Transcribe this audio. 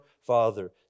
father